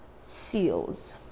seals